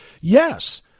yes